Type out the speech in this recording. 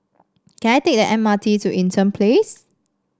can I take the M R T to Eaton Place